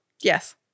Yes